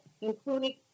including